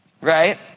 right